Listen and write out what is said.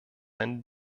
ein